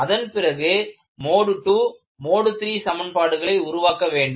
அதன்பிறகு mode II mode III சமன்பாடுகளை உருவாக்க வேண்டும்